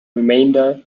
remainder